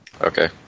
Okay